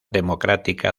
democrática